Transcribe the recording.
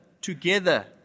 together